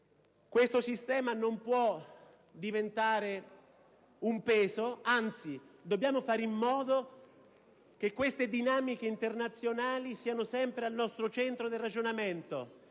che tale sistema non può diventare un peso: anzi, dobbiamo fare in modo che queste dinamiche internazionali siano sempre al centro del nostro ragionamento.